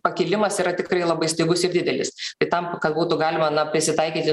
pakilimas yra tikrai labai staigus ir didelis tai tam kad būtų galima na prisitaikyti